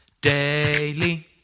Daily